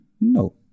No